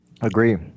Agree